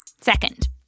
Second